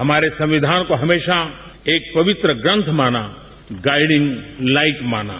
हमारे संविधान को हमेशा एक पवित्र ग्रंथ माना गाइडिंग लाइक माना